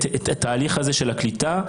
התהליך הזה של הקליטה.